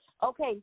Okay